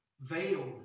veiled